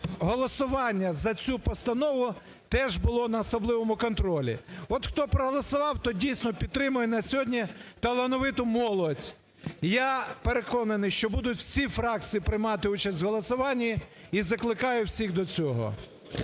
голосування за цю постанову теж було на особливому контролі. От хто проголосував, той дійсно підтримує на сьогодні талановиту молодь. Я переконаний, що будуть всі фракції приймати участь в голосуванні і закликаю всіх до цього.